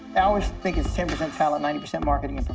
i always think it's ten percent talent, ninety percent marketing for